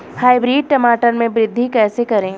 Hybrid टमाटर में वृद्धि कैसे करें?